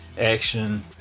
action